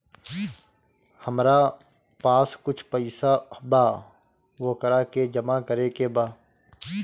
हमरा पास कुछ पईसा बा वोकरा के जमा करे के बा?